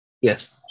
Yes